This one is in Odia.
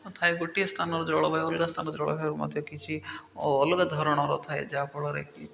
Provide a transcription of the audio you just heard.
ଥାଏ ଗୋଟିଏ ସ୍ଥାନର ଜଳବାୟୁ ଅଲଗା ସ୍ଥାନ ଜଳବାୟୁ ମଧ୍ୟ କିଛି ଅଲଗା ଧରଣର ଥାଏ ଯାହାଫଳରେ କି